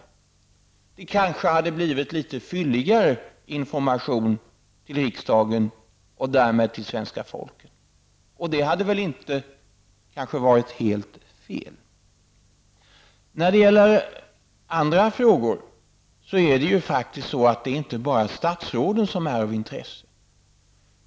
Informationen till riksdagen hade kanske blivit litet fylligare och därmed även informationen till svenska folket. Det hade kanske inte varit helt fel. När det gäller andra frågor är det faktiskt inte bara är statsråden som är av intresse.